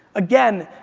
again,